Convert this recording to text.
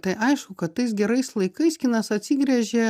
tai aišku kad tais gerais laikais kinas atsigręžia